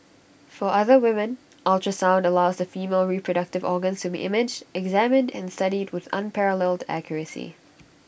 for other women ultrasound allows the female reproductive organs to be imaged examined and studied with unparalleled accuracy